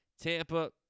Tampa